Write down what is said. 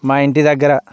మా ఇంటి దగ్గర